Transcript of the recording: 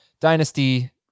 Dynasty